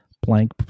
blank